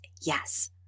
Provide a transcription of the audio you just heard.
yes